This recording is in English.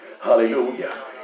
hallelujah